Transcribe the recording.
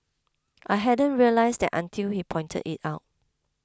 I hadn't realised that until he pointed it out